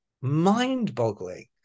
mind-boggling